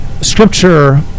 scripture